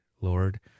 lord